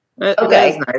okay